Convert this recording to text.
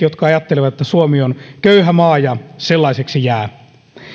jotka ajattelevat että suomi on köyhä maa ja sellaiseksi jää